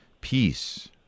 peace